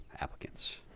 applicants